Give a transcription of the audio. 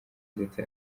ndetse